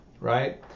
Right